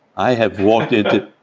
i have walked into.